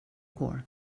går